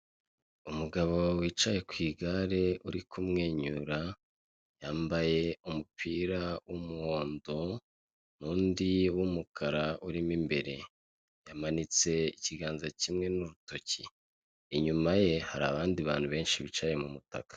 Umugabo wicaye ku igare uri kumwenyura, yambaye umupira w'umuhondo, n'undi w'umukara urimo imbere. Yamanitse ikiganza kimwe n'urutoki. Inyuma ye hari abandi bantu benshi bicaye mu mutaka.